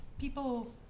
people